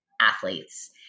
athletes